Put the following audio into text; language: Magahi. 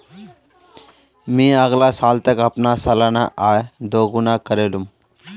मी अगला साल तक अपना सालाना आय दो गुना करे लूम